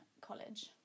college